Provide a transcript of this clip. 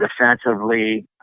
Defensively